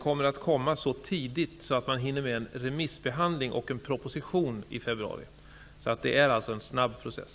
Förslaget kommer så tidigt att man hinner med en remissbehandling och en proposition i februari. Det är alltså en snabb process.